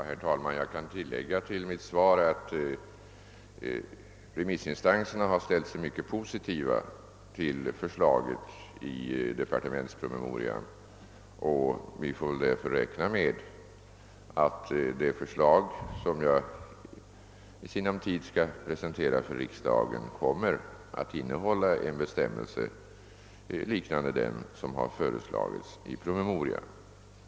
Herr talman! Jag kan tillägga till mitt svar, att remissinstanserna har ställt sig mycket positiva till förslaget i departementspromemorian. Vi får därför räkna med att det förslag, som jag i sinom tid skall presentera för riksdagen, kommer att innehålla en bestämmelse, liknande den som har föreslagits i promemorian.